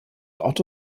otto